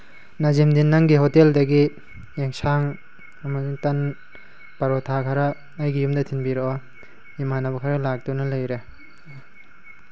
ꯅꯖꯤꯃꯨꯗꯤꯟ ꯅꯪꯒꯤ ꯍꯣꯇꯦꯜꯗꯒꯤ ꯑꯦꯟꯁꯥꯡ ꯑꯃꯗꯤ ꯇꯟ ꯄꯔꯣꯊꯥ ꯈꯔ ꯑꯩꯒꯤ ꯌꯨꯝꯗ ꯊꯤꯟꯕꯤꯔꯛꯑꯣ ꯏꯃꯥꯟꯅꯕ ꯈꯔ ꯂꯥꯛꯇꯨꯅ ꯂꯩꯔꯦ